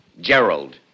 Gerald